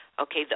Okay